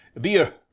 beer